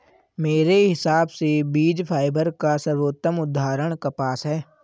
मेरे हिसाब से बीज फाइबर का सर्वोत्तम उदाहरण कपास है